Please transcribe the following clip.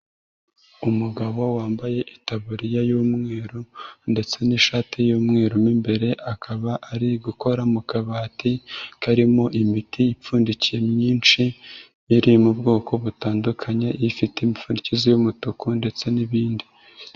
Umugabo wambaye itaburiya y'umweru ndetse n'ishati y'umweru mo imbere akaba ari gukora mu kabati, karimo imiti ipfundikiye myinshi, iri mu bwoko butandukanye, ifite imfundikizo y'umutuku ndetse n'ibindi.